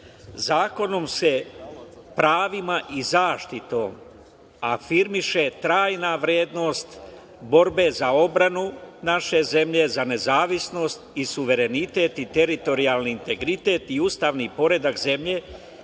Zakonom se pravima i zaštitom afirmiše trajna vrednost borbe za odbranu naše zemlje, za nezavisnost i suverenitet i teritorijalni integritet i ustavni poredak zemlje,